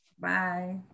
Bye